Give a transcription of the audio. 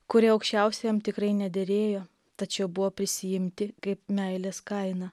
kurie aukščiausiajam tikrai nederėjo tačiau buvo prisiimti kaip meilės kaina